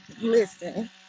listen